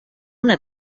una